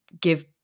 give